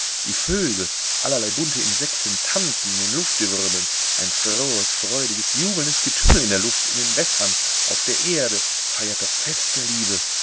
die vögel allerlei bunte insekten tanzen in den luftwirbeln ein frohes freudiges jubelndes getümmel in der luft in den wässern auf der erde feiert das fest der liebe